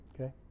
okay